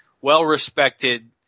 well-respected